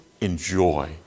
enjoy